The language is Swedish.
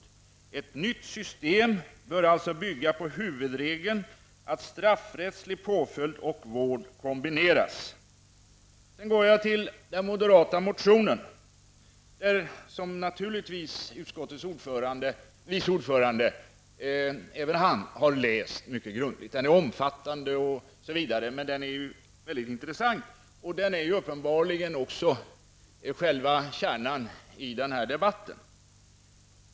Ett nytt system bör alltså bygga på huvudregeln att straffrättslig påföljd och vård kombineras.'' Sedan går jag till den moderata motionen, som naturligtvis även utskottets vice ordförande har läst mycket grundligt. Den är omfattande, men den är väldigt intressant. Den är uppenbarligen också själva kärnan i den här debatten.